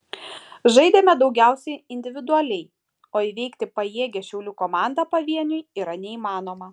žaidėme daugiausiai individualiai o įveikti pajėgią šiaulių komandą pavieniui yra neįmanoma